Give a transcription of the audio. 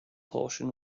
portion